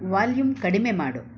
volume ಕಡಿಮೆ ಮಾಡು